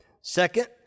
Second